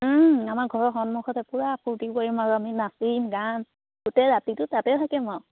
আমাৰ ঘৰৰ সন্মুখতে পূৰা ফূৰ্তি কৰিম আৰু আমি নাচিম গাম গোটেই ৰাতিটো তাতে থাকিম আৰু